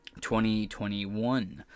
2021